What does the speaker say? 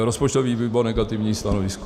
Rozpočtový výbor negativní stanovisko.